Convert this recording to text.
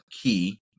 key